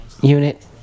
Unit